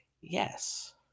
Yes